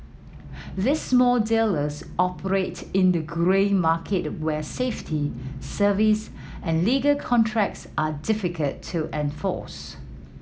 these small dealers operate in the grey market where safety service and legal contracts are difficult to enforce